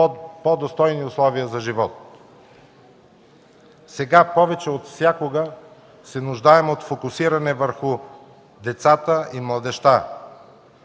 по-достойни условия за живот. Сега повече от всякога се нуждаем от фокусиране върху децата и младежта.